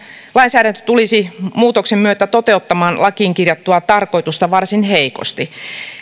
lainsäädäntö tulisi muutoksen myötä toteuttamaan lakiin kirjattua tarkoitusta varsin heikosti